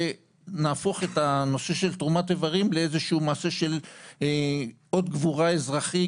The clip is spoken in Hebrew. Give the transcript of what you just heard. שנהפוך את הנושא של תרומת איברים לאיזשהו מעשה של אות גבורה אזרחי,